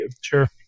Sure